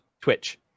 twitch